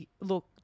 look